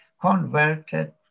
converted